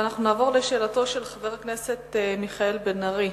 אנחנו נעבור לשאלתו של חבר הכנסת מיכאל בן-ארי.